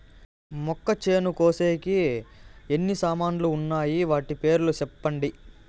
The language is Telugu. మొక్కచేను కోసేకి ఎన్ని సామాన్లు వున్నాయి? వాటి పేర్లు సెప్పండి?